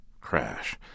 crash